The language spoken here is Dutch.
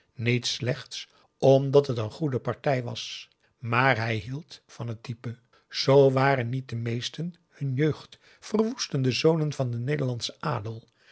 niet slechts omdat het een goede partij was maar hij hield van het type z waren niet de meeste hun jeugd verwoestende zonen van den nederlandschen adel